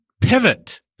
Pivot